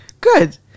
Good